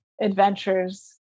adventures